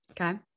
okay